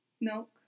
milk